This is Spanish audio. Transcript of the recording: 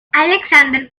alexander